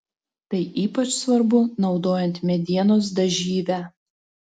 tai ypač svarbu naudojant medienos dažyvę